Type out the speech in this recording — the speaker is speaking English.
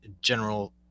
general